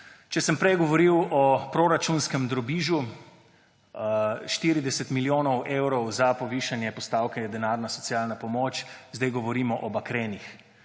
Če sem prej govoril o proračunskem drobižu, 40 milijonov evrov za povišanje postavke denarna socialna pomoč, zdaj govorimo o bakrenih,